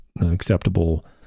acceptable